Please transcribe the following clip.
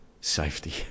safety